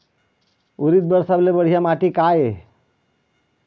उरीद बर सबले बढ़िया माटी का ये?